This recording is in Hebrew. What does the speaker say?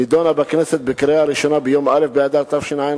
נדונה בכנסת בקריאה ראשונה ביום א' באדר התש"ע,